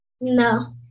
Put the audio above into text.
No